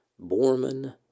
Borman